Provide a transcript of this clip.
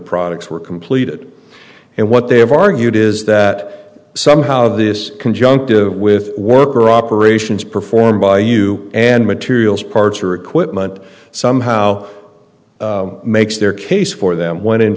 products were completed and what they have argued is that somehow this conjunctive with worker operations performed by you and materials parts or equipment somehow makes their case for them when in